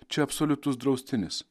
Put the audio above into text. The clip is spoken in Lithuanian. čia absoliutus draustinis